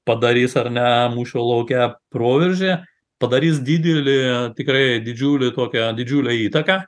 padarys ar ne mūšio lauke proveržį padarys didelį tikrai didžiulį tokią didžiulę įtaką